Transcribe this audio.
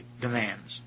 demands